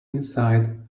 inside